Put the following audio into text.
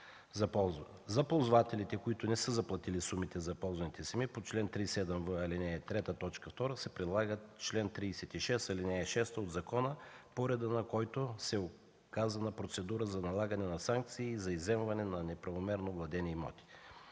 За ползвателите, които не са заплатили сумите за ползваните земи по чл. 37в, ал. 3, т. 2, се прилага чл. 36, ал. 6 от закона, по реда на който се оказва процедура за налагане на санкции за изземване на неправомерно владени имоти.